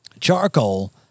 charcoal